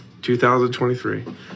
2023